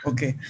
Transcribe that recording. Okay